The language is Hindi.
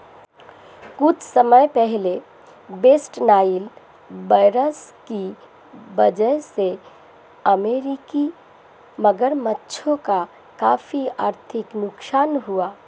कुछ समय पहले वेस्ट नाइल वायरस की वजह से अमेरिकी मगरमच्छों का काफी आर्थिक नुकसान हुआ